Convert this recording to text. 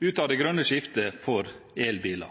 ut av det grønne skiftet for elbiler.